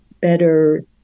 better